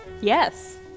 Yes